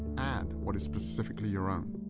add what is specifically your own.